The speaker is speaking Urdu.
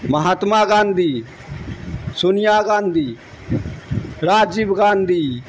مہاتما گاندھی سونیا گاندھی راجیو گاندھی